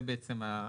זה הסעיף.